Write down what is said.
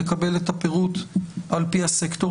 אני רוצה לקבל פירוט על פי הסקטורים.